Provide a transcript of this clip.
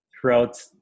throughout